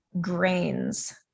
grains